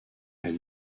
elle